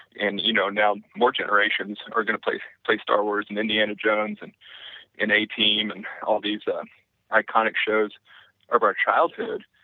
and you know, now more generations are going to play play star wars, and indiana jones, and and a team, and all these but iconic shows of our childhood,